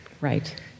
Right